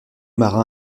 marin